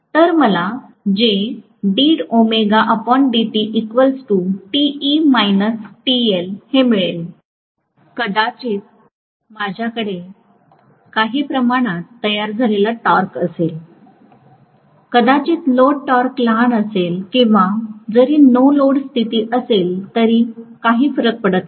तर मला हे मिळेल कदाचित माझ्याकडे काही प्रमाणात तयार झालेला टॉर्क असेल कदाचित लोड टॉर्क लहान असेल किंवा जरी नो लोड स्थिती असेल तरी काही फरक पडत नाही